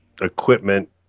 equipment